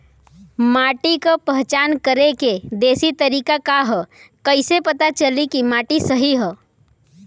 माटी क पहचान करके देशी तरीका का ह कईसे पता चली कि माटी सही ह?